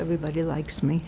everybody likes me